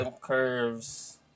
curves